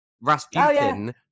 Rasputin